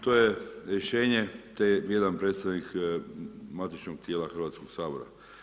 To je rješenje, to je jedan predstavnik matičnog tijela Hrvatskog sabora.